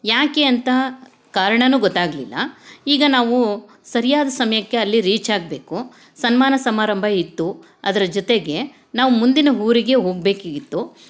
ಯಾಕೆ ಅಂತ ಕಾರಣನೂ ಗೊತ್ತಾಗಲಿಲ್ಲ ಈಗ ನಾವು ಸರಿಯಾದ ಸಮಯಕ್ಕೆ ಅಲ್ಲಿ ರೀಚ್ ಆಗಬೇಕು ಸನ್ಮಾನ ಸಮಾರಂಭ ಇತ್ತು ಅದರ ಜೊತೆಗೆ ನಾವು ಮುಂದಿನ ಊರಿಗೆ ಹೋಗ್ಬೇಕಾಗಿತ್ತು